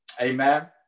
amen